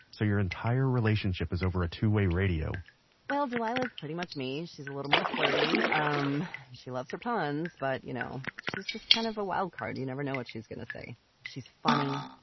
so your entire relationship is over a two way radio well, delilah's pretty much me. she's a little more flirty, um she loves her puns, but you know, she's just kind of a wild card. you just never know what she's going to say she's funny,